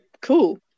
cool